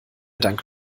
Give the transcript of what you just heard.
dank